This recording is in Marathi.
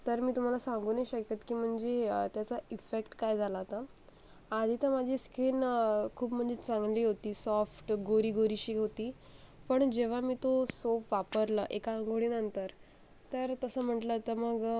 तर मी तुम्हाला सांगू नाही शकत की म्हणजे त्याचा इफेक्ट काय झाला होता आधी तर माझी स्किन खूप म्हणजे चांगली होती सॉफ्ट गोरी गोरीशी होती पण जेव्हा मी तो सोप वापरलं एका आंघोळीनंतर तर तसं म्हटलं तर मग